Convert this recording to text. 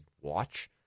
watch